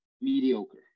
mediocre